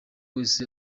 wese